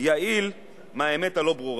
יעיל מהאמת הלא-ברורה,